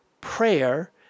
prayer